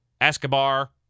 Escobar